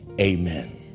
amen